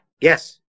Yes